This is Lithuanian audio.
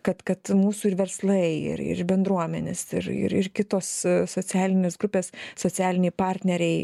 kad kad mūsų ir verslai ir ir bendruomenės ir ir kitos socialinės grupės socialiniai partneriai